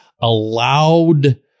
allowed